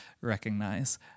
recognize